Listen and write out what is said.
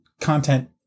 content